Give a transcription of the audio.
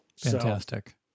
Fantastic